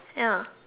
ya